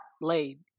blade